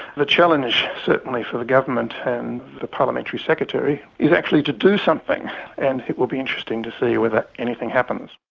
the challenge certainly for the government and the parliamentary secretary is actually to do something and it will be interesting to see whether anything happens.